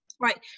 Right